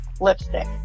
lipstick